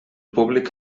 públic